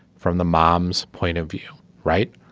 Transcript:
from the mom's point of view right.